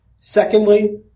Secondly